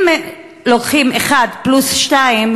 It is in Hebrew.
אם לוקחים אחד פלוס שניים,